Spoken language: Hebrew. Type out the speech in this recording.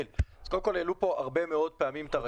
קודם כל, העלו כאן הרבה פעמים את הרכבת.